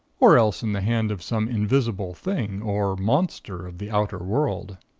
or else in the hand of some invisible thing or monster of the outer world!